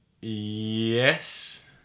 yes